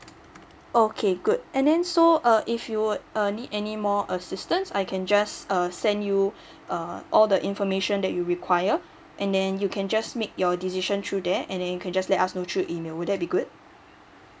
okay good and then so uh if you uh need any more assistance I can just uh send you uh all the information that you require and then you can just make your decision through there and then you can just let us know through email will that be good